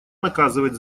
наказывать